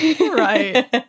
Right